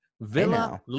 villa